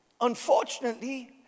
unfortunately